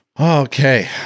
Okay